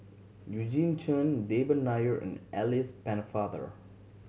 Eugene Chen Devan Nair and Alice Pennefather